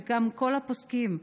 כל הפוסקים.